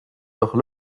leur